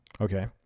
Okay